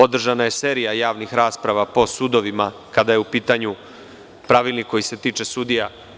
Održana je serija javnih rasprava po sudovima kada je u pitanju Pravilnik koji se tiče sudija.